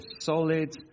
solid